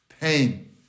Pain